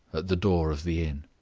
at the door of the inn.